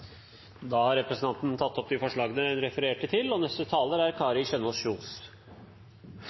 Da har representanten Willfred Nordlund tatt opp de forslagene han viste til. Det er